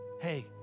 hey